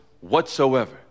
whatsoever